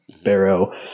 Barrow